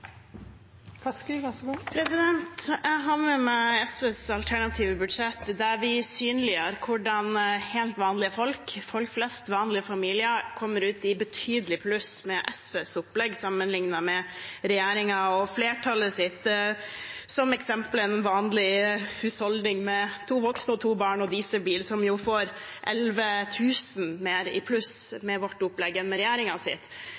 SVs alternative budsjett, der vi synliggjør hvordan helt vanlige folk – folk flest, vanlige familier – kommer ut betydelig i pluss med SVs opplegg sammenlignet med regjeringens og flertallets. Som eksempel kan jeg nevne at en vanlig husholdning med to voksne, to barn og dieselbil går 11 000 kr i pluss med vårt opplegg sammenlignet med regjeringens. Representanten måtte i sitt